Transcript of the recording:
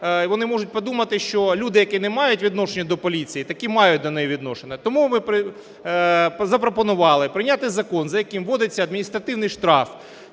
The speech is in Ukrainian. вони можуть подумати, що люди, які не мають відношення до поліції, такі мають відношення до поліції. Тому ми запропонували прийняти закон, за яким вводиться адміністративний штраф